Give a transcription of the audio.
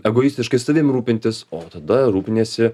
egoistiškai savim rūpintis o tada rūpiniesi